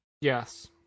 Yes